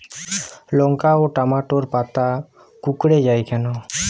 লঙ্কা ও টমেটোর পাতা কুঁকড়ে য়ায় কেন?